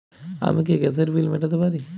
আমি কি গ্যাসের বিল মেটাতে পারি?